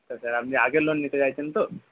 আচ্ছা স্যার আপনি আগে লোন নিতে চাইছেন তো